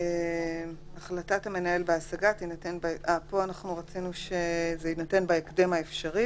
(ב)החלטת המנהל בהשגה תינתן בהקדם האפשרי